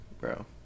bro